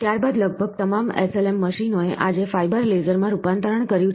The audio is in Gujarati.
ત્યારબાદ લગભગ તમામ SLM મશીનોએ આજે ફાઇબર લેસરમાં રૂપાંતરણ કર્યું છે